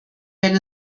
wenn